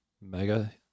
mega